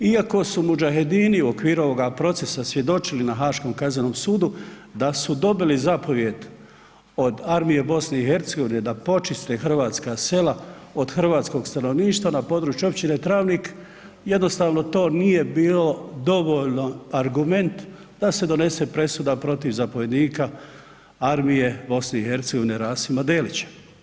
Iako su mudžahedini u okviru ovoga procesa svjedočili na Haškom kaznenom sudu da su dobili zapovijed od Armije Bosne i Hercegovine da počiste hrvatska sela od hrvatskog stanovništva na području općine Travnik, jednostavno to nije bilo dovoljno argument da se donese presuda protiv zapovjednika Armije Bosne i Hercegovine Rasima Delića.